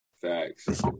Facts